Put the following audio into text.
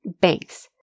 Banks